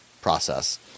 process